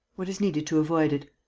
what is needed to avoid it?